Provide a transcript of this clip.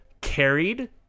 carried